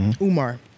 Umar